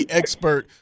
expert